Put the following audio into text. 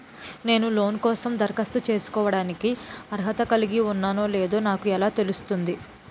నేను లోన్ కోసం దరఖాస్తు చేసుకోవడానికి అర్హత కలిగి ఉన్నానో లేదో నాకు ఎలా తెలుస్తుంది?